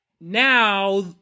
Now